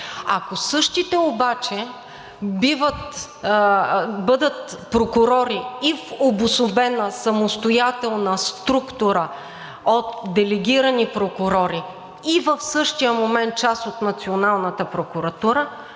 Ако същите обаче бъдат прокурори и в обособена самостоятелна структура от делегирани прокурори, и в същия момент част от националната прокуратура,